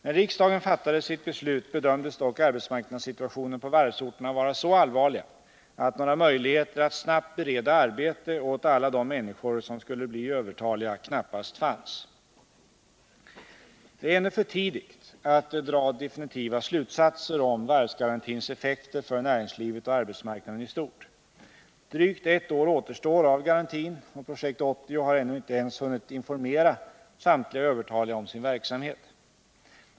När riksdagen fattade sitt beslut bedömdes dock arbetsmarknadssituationen på varvsorterna vara så allvarlig att några möjligheter att snabbt bereda arbete åt alla de människor som skulle bli övertaliga knappast fanns. Det är ännu för tidigt att dra definitiva slutsatser om varvsgarantins effekter för näringslivet och arbetsmarknaden i stort. Drygt ett år återstår av garantin, och Projekt 80 har ännu inte ens hunnit informera samtliga övertaliga om sin verksamhet.